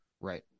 Right